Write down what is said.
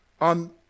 on